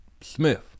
Smith